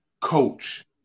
coach